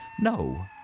No